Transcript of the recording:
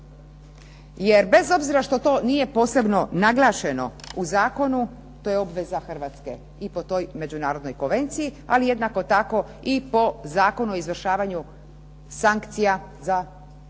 Jer bez obzira što to nije posebno naglašeno u zakonu to je obveza Hrvatske i po toj međunarodnoj Konvenciji, ali jednako tako i po Zakonu o izvršavanju sankcija za kazne